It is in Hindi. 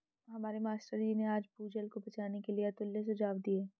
हमारे मास्टर जी ने आज भूजल को बचाने के लिए अतुल्य सुझाव दिए